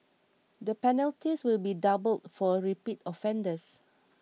the penalties will be doubled for repeat offenders